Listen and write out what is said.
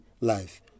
life